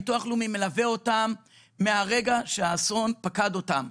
הביטוח הלאומי מלווה אותם מהרגע שהאסון פקד אותם.